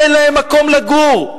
אין להם מקום לגור.